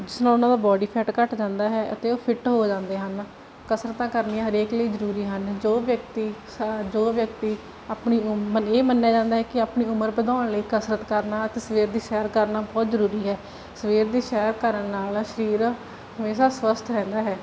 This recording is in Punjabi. ਸੁਣਾ ਦਾ ਬੋਡੀ ਫੈਟ ਘੱਟ ਜਾਂਦਾ ਹੈ ਅਤੇ ਉਹ ਫਿੱਟ ਹੋ ਜਾਂਦੇ ਹਨ ਕਸਰਤਾਂ ਕਰਨੀਆਂ ਹਰੇਕ ਲਈ ਜ਼ਰੂਰੀ ਹਨ ਜੋ ਵਿਅਕਤੀ ਸਾ ਜੋ ਵਿਅਕਤੀ ਆਪਣੀ ਮ ਇਹ ਮੰਨਿਆ ਜਾਂਦਾ ਕਿ ਆਪਣੀ ਉਮਰ ਵਧਾਉਣ ਲਈ ਕਸਰਤ ਕਰਨਾ ਅਤੇ ਸਵੇਰ ਦੀ ਸੈਰ ਕਰਨਾ ਬਹੁਤ ਜ਼ਰੂਰੀ ਹੈ ਸਵੇਰ ਦੀ ਸੈਰ ਕਰਨ ਨਾਲ ਸਰੀਰ ਹਮੇਸ਼ਾ ਸਵੱਸਥ ਰਹਿੰਦਾ ਹੈ